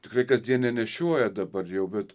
tikrai kasdien nenešioja dabar jau bet